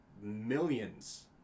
millions